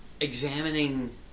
examining